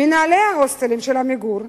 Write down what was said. מנהלי ההוסטלים של "עמיגור",